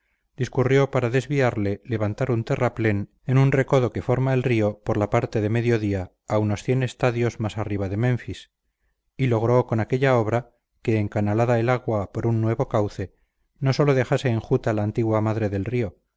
discurrió para desviarle levantar un terraplén en un recodo que forma el río por la parte de mediodía a unos cien estadios más arriba de menfis y logró con aquella obra que encanalada el agua por un nuevo cauce no sólo dejase enjuta la antigua madre del río